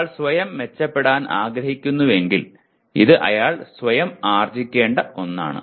ഒരാൾ സ്വയം മെച്ചപ്പെടാൻ ആഗ്രഹിക്കുന്നുവെങ്കിൽ ഇത് അയാൾ സ്വയം ആർജിക്കേണ്ട ഒന്നാണ്